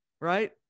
right